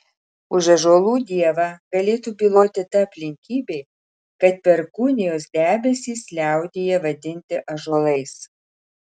už ąžuolų dievą galėtų byloti ta aplinkybė kad perkūnijos debesys liaudyje vadinti ąžuolais